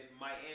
Miami